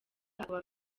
akaba